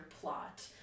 plot